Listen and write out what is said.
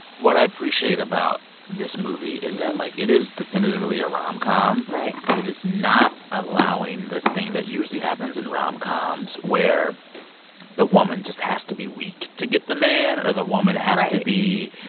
what i appreciate about this movie is that, and like, it is definitively a rom-com right but it is not allowing the thing that usually happens in rom-coms where the woman just has to be weak to get the man, or the woman has to be.